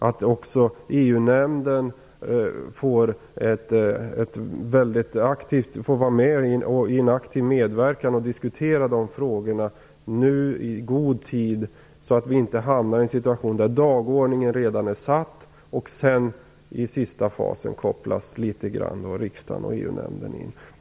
Det är alltså viktigt att EU-nämnden aktivt får medverka i diskussionen om de här frågorna i god tid, så att vi inte hamnar i en situation där dagordningen redan är fastlagen och riksdagen och EU-nämnden sedan kopplas in i sista fasen.